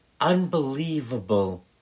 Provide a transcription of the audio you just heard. unbelievable